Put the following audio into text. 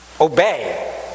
Obey